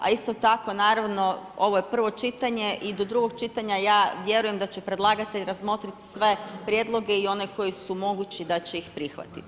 A isto tako naravno, ovo je prvo čitanje i do drugog čitanja ja vjerujem da će predlagatelj razmotriti sve prijedloge i oni koji su mogući da će ih prihvatit.